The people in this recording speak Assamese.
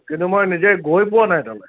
কিন্তু মই নিজে গৈ পোৱা নাই তালৈ